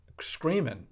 screaming